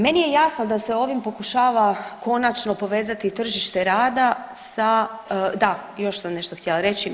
Meni je jasno da se ovim pokušava konačno povezati tržište rada sa, da još sam nešto htjela reći.